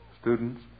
Students